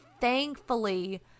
thankfully